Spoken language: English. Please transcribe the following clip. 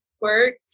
work